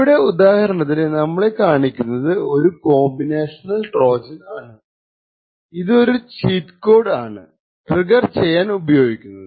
ഇവിടെ ഉദാഹരണത്തിന് നമ്മളെ കാണിക്കുന്നത് ഒരു കോമ്പിനേഷണൽ ട്രോജൻ ആണ് ഇത് ഒരു ചീറ്റ് കോഡ് ആണ് ട്രിഗ്ഗർ ചെയ്യാൻ ഉപയോഗിക്കുന്നത്